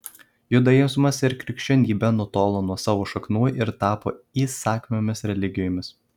judaizmas ir krikščionybė nutolo nuo savo šaknų ir tapo įsakmiomis religijomis